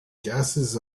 gases